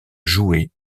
jouée